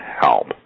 help